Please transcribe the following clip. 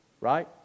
Right